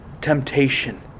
temptation